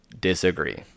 Disagree